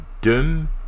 Doom